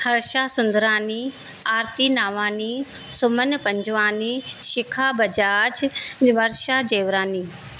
Harsha Sundrani Aarti Navani Suman Panjwani Shikha Bajaj Varsha Jewrani